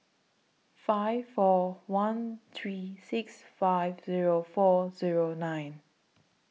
five four one three six five Zero four Zero nine